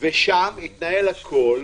ושם התנהל הכול